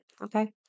okay